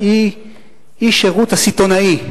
האי-שירות הסיטוני,